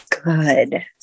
good